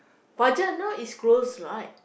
Fajar now is closed right